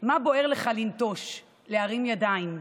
מה בוער לך לנטוש, להרים ידיים //